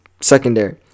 secondary